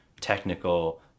technical